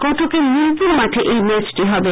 কটকের নিমপুর মাঠে এই ম্যাচটি হবে